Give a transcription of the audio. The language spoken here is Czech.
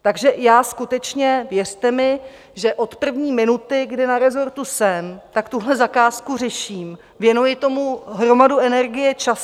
Takže já skutečně, věřte mi, že od první minuty, kdy na resortu jsem, tak tuhle zakázku řeším, věnuji tomu hromadu energie a času.